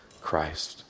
Christ